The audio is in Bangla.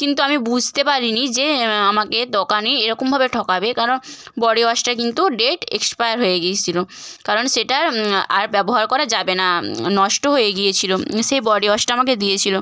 কিন্তু আমি বুঝতে পারিনি যে আমাকে দোকানে এরকমভাবে ঠকাবে কারণ বডি ওয়াশটার কিন্তু ডেট এক্সপায়ার হয়ে গিয়েছিল কারণ সেটা আর ব্যবহার করা যাবে না নষ্ট হয়ে গিয়েছিল সে বডি ওয়াশটা আমাকে দিয়েছিল